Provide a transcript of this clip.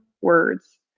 words